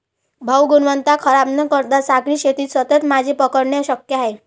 भाऊ, गुणवत्ता खराब न करता सागरी शेतीत सतत मासे पकडणे शक्य आहे